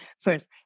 first